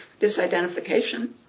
disidentification